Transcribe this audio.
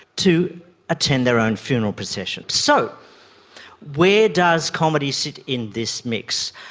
to attend their own funeral procession. so where does comedy sit in this mix?